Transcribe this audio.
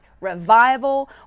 revival